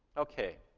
okay.